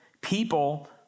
people